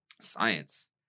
science